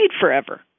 forever